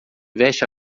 veste